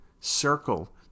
circle